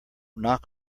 knock